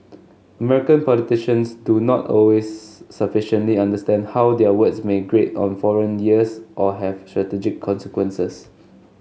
American politicians do not always sufficiently understand how their words may grate on foreign years or have strategic consequences